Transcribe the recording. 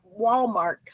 Walmart